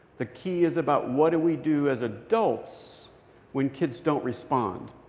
the key is about, what do we do as adults when kids don't respond?